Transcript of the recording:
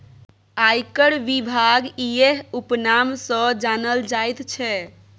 आयकर विभाग इएह उपनाम सँ जानल जाइत छै